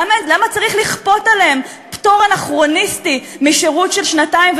למה צריך לכפות עליהן פטור אנכרוניסטי משירות של שנתיים,